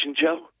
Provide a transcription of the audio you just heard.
Joe